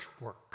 work